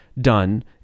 done